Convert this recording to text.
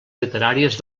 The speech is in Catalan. literàries